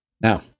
Now